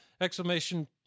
exclamation